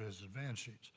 of his advance sheets.